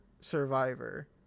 survivor